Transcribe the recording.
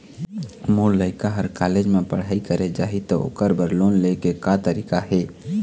मोर लइका हर कॉलेज म पढ़ई करे जाही, त ओकर बर लोन ले के का तरीका हे?